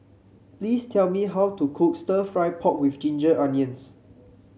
please tell me how to cook stir fry pork with Ginger Onions